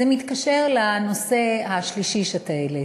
זה מתקשר לנושא השלישי שהעלית.